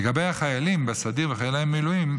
לגבי החיילים בסדיר וחיילי המילואים,